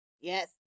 Yes